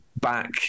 back